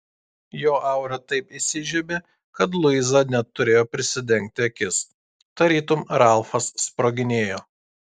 jo aura taip įsižiebė kad luiza net turėjo prisidengti akis tarytum ralfas sproginėjo